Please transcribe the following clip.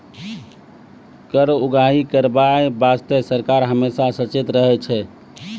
कर उगाही करबाय बासतें सरकार हमेसा सचेत रहै छै